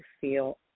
feel